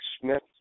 Smith